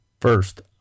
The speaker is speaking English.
First